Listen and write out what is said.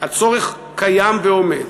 הצורך קיים ועומד,